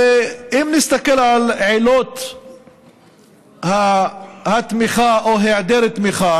הרי אם נסתכל על עילות התמיכה או על היעדר התמיכה,